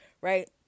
Right